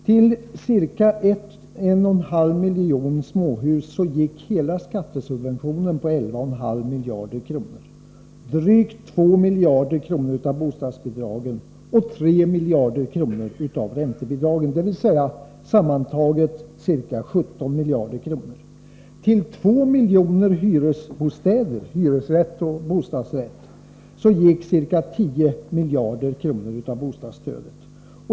Till ca 1,5 miljoner småhus gick hela skattesubventionen på 11,5 miljarder, drygt 2 miljarder av bostadsbidragen och 3 miljarder av räntebidragen, dvs. sammantaget ca 17 miljarder. Till 2 miljoner hyresbostäder — hyresrätter och bostadsrätter — gick ca 10 miljarder av bostadsstödet.